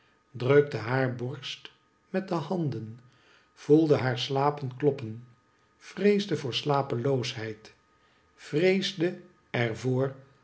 drukte haar borst met de handen voelde hare slapen kloppen vreesde voor slapeloosheid vreesde